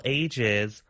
ages